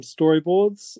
storyboards